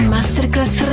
Masterclass